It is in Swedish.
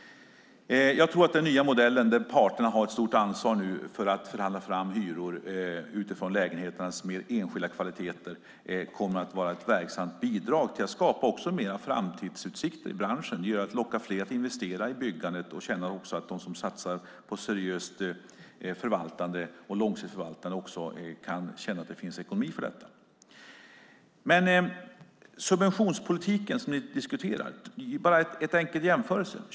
Jag tror att den nya modellen, där parterna nu har ett stort ansvar för att förhandla fram hyror utifrån lägenheternas mer enskilda kvaliteter, kommer att vara ett verksamt bidrag till att skapa mer framtidsutsikter i branschen och locka fler att investera i byggandet, och de som satsar på ett seriöst och långsiktigt förvaltande kan känna att det finns ekonomi för detta. I fråga om subventionspolitiken, som vi diskuterar, kan jag göra en enkel jämförelse.